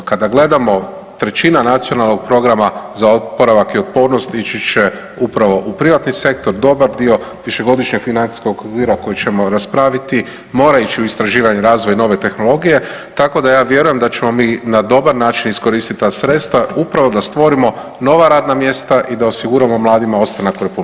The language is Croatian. Kada gledamo, trećina Nacionalnog programa za oporavak i otpornost ići će upravo u privatni sektor, dobar dio Višegodišnjeg financijskog okvira koji ćemo raspraviti mora ići u istraživanje i razvoj nove tehnologije, tako da ja vjerujem da ćemo mi na dobar način iskoristiti ta sredstva upravo da stvorimo nova radna mjesta i da osiguramo mladima ostanak u RH.